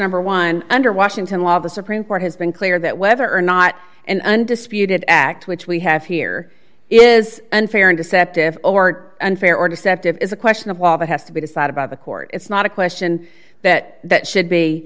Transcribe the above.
number one under washington while the supreme court has been clear that whether or not an undisputed act which we have here is unfair and deceptive or unfair or deceptive is a question of all that has to be decided by the court it's not a question that that should be